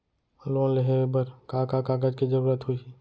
Loan लेहे बर का का कागज के जरूरत होही?